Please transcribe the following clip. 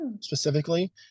specifically